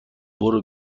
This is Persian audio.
برو